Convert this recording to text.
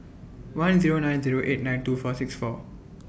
one Zero nine Zero eight nine two four six four